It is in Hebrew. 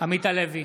עמית הלוי,